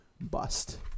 bust